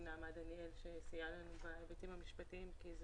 נעמה דניאל שסייעה לנו בהיבטים המשפטיים כי זה